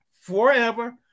forever